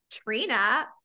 Trina